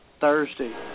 Thursday